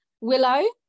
willow